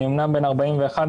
אני אמנם בן 41,